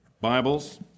Bibles